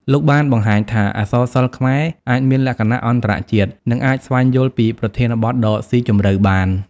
លោកបានបង្ហាញថា អក្សរសិល្ប៍ខ្មែរអាចមានលក្ខណៈអន្តរជាតិ និងអាចស្វែងយល់ពីប្រធានបទដ៏ស៊ីជម្រៅបាន។